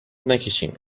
نکشین